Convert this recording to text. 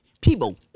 People